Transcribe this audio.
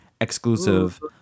exclusive